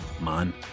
man